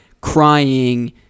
crying